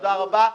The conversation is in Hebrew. תודה רבה,